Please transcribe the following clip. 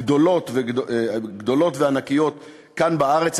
גדולות וענקיות כאן בארץ,